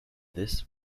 this